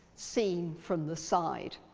seen from the side.